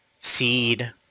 seed